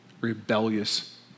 rebellious